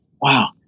wow